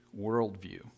worldview